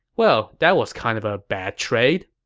well, that was kind of a bad trade.